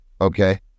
Okay